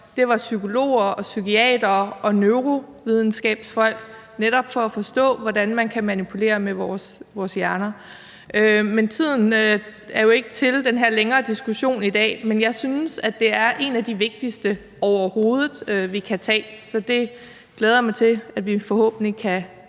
det var psykologer, psykiatere og neurovidenskabsfolk. Det var netop for at forstå, hvordan man kan manipulere med vores hjerner. Tiden i dag er jo ikke til den her længere diskussion, men jeg synes, det er en af de vigtigste diskussioner, vi overhovedet kan tage, så jeg glæder mig til, at vi forhåbentlig kan